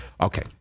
Okay